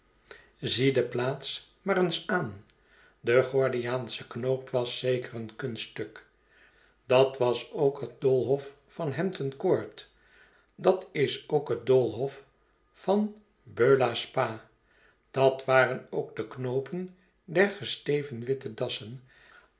zie de plaats maar eens aan de gordiaansche knoop was zeker een kunststuk dat was ookhet doolhof van hampton court dat is ook het doolhof van b e u l a hspa dat waren ook de knoopen der gesteven witte dassen